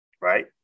right